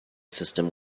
system